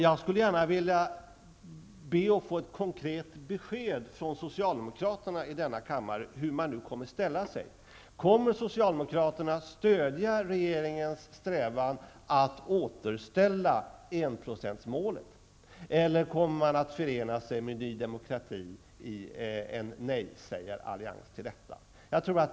Jag skulle gärna vilja be att få ett konkret besked från socialdemokraterna i denna kammare om hur de kommer att ställa sig. Kommer socialdemokraterna att stödja regeringens strävan att återställa enprocentsmålet? Eller kommer man att förena sig med nydemokrati i en nejsägarallians i fråga om detta?